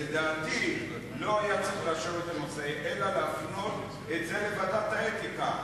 לדעתי לא היה צריך לאשר את הנושא אלא להפנות את זה לוועדת האתיקה.